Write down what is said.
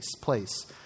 place